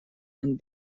and